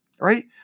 right